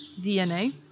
DNA